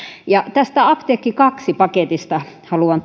tässä apteekki kaksi paketissa haluan